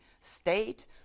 state